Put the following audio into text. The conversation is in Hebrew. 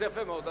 אז יפה מאוד.